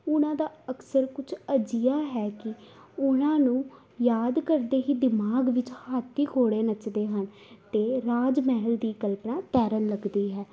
ਉਹਨਾਂ ਦਾ ਅਕਸ ਕੁਛ ਅਜਿਹਾ ਹੈ ਕਿ ਉਹਨਾਂ ਨੂੰ ਯਾਦ ਕਰਦੇ ਹੀ ਦਿਮਾਗ ਵਿੱਚ ਹਾਥੀ ਘੋੜੇ ਨੱਚਦੇ ਹਨ ਅਤੇ ਰਾਜ ਮਹਿਲ ਦੀ ਕਲਪਨਾ ਤੈਰਨ ਲੱਗਦੀ ਹੈ